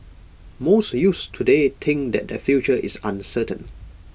most youths today think that their future is uncertain